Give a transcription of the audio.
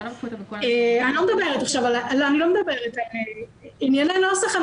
אני לא מדברת על ענייני נוסח.